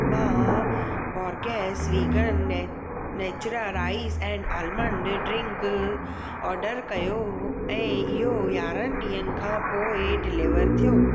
मां Borges vegan मै Matura rice and almond drink order कयो ऐं इहो यारहां ॾींहनि खां पोइ डिलीवर थियो